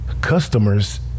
customers